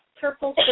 purple